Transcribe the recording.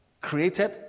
created